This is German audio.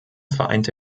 vereinte